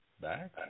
back